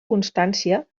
constància